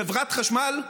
חברת חשמל,